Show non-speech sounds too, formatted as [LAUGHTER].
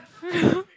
[LAUGHS]